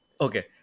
Okay